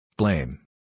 Blame